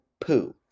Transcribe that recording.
poo